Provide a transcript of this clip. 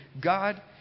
God